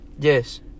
Yes